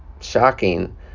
shocking